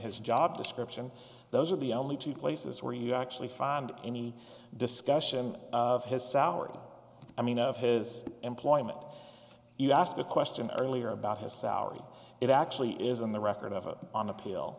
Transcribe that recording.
his job description those are the only two places where you actually find any discussion of his salary i mean of his employment you asked a question earlier about his salary it actually is in the record of a on a